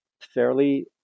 fairly